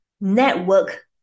network